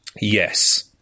Yes